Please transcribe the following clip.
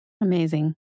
Amazing